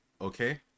okay